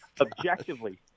objectively